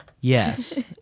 yes